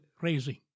raising